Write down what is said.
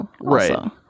Right